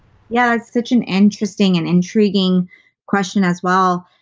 yeah that's such and interesting and intriguing question as well.